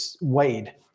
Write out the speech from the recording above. Wade